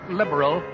liberal